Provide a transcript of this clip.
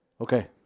Okay